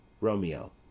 Romeo